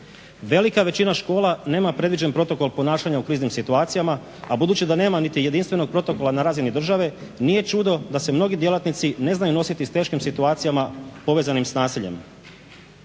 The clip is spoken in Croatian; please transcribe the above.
Velika većina škola nema predviđen protokol ponašanja u kriznim situacijama, a budući da nema niti jedinstvenog protokola na razini države nije čudo da se mnogi djelatnici ne znaju nositi s teškim situacijama povezanim s nasiljem.